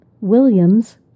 Williams